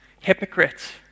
hypocrites